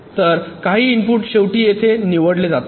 तर काही इनपुट शेवटी येथे निवडले जातात